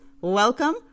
welcome